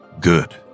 Good